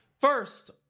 first